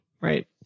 right